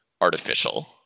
artificial